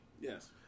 Yes